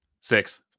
Six